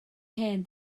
hen